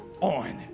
on